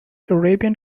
arabian